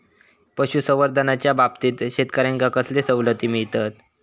पशुसंवर्धनाच्याबाबतीत शेतकऱ्यांका कसले सवलती मिळतत?